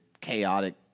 chaotic